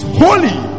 holy